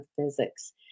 physics